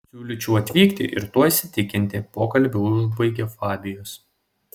siūlyčiau atvykti ir tuo įsitikinti pokalbį užbaigė fabijus